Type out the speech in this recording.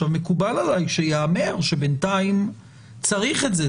עכשיו, מקובל עליי שייאמר שבינתיים צריך את זה.